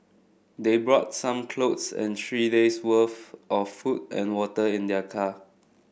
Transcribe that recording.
they brought some clothes and three days worth of food and water in their car